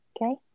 Okay